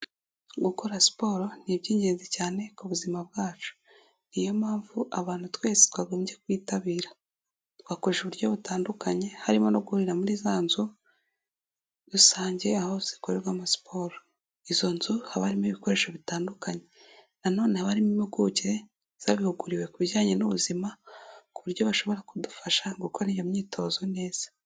Gukora siporo ni iby'ingenzi cyane ku buzima bwacu. Niyo mpamvu abantu twese twagombye kwitabira. Twakoresha uburyo butandukanye harimo no guririra muri zanzu rusange aho zikorerwa ama siporo. Izo nzu habamo ibikoresho bitandukanye, nonene barimo impuguke zabihuguriwe ku bijyanye n'ubuzima ku buryo bashobora kudufasha gukora iyo myitozo neza.